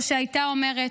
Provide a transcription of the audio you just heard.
או שהייתה אומרת: